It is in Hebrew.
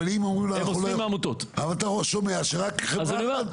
אבל אתה שומע שרק חברה אחת.